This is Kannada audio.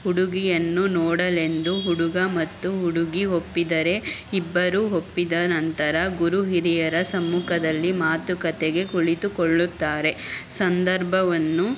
ಹುಡುಗಿಯನ್ನು ನೋಡಲೆಂದು ಹುಡುಗ ಮತ್ತು ಹುಡುಗಿ ಒಪ್ಪಿದರೆ ಇಬ್ಬರೂ ಒಪ್ಪಿದ ನಂತರ ಗುರುಹಿರಿಯರ ಸಮ್ಮುಖದಲ್ಲಿ ಮಾತುಕತೆಗೆ ಕುಳಿತುಕೊಳ್ಳುತ್ತಾರೆ ಸಂದರ್ಭವನ್ನು